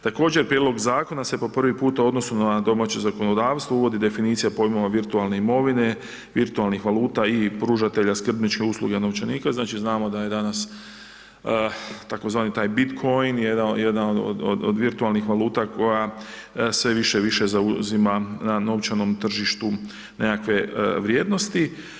Također prijedlog zakona se po prvi put u odnosu na domaće zakonodavstvo uvodi definicija pojmova virtualne imovine, virtualnih valuta i pružatelja skrbničke usluge novčanika, znači znamo da je danas tzv. taj bitcoin, jedan od virtualnih valuta koja sve više i više zauzima na novčanom tržištu nekakve vrijednosti.